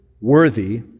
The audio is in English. worthy